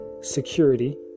security